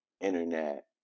Internet